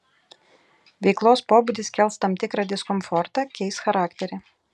veiklos pobūdis kels tam tikrą diskomfortą keis charakterį